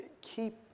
keep